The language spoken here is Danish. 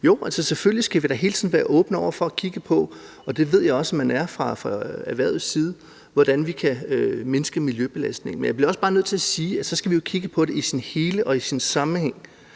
Jo, selvfølgelig skal vi da hele tiden være åbne over for at kigge på – og det ved jeg også at man er fra erhvervets side – hvordan vi kan mindske miljøbelastningen, men jeg bliver også bare nødt til at sige, at vi jo så skal kigge på det i sin helhed og i sin sammenhæng